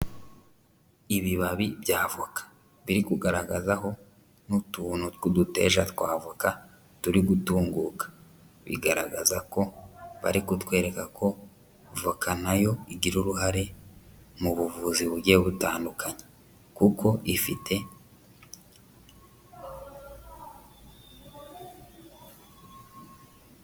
Ibibabi bya avoka, biri kugaragazaho n'utuntu tw'uduteja twa avoka turi gutunguka. Bigaragaza ko bari kutwereka ko voka na yo igira uruhare mu buvuzi bugiye butandukanye, kuko ifite